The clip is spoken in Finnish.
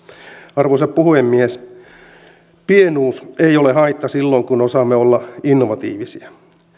arvoisa puhemies pienuus ei ole haitta silloin kun osaamme olla innovatiivisia